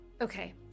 Okay